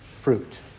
fruit